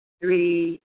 three